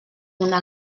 una